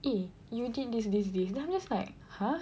eh you did this this this then I'm just like !huh!